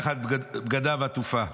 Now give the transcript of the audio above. תחת בגדיו עטופה.